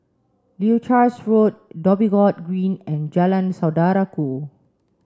Leuchars Road Dhoby Ghaut Green and Jalan Saudara Ku